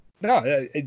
No